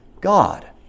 God